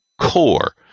core